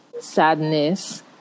sadness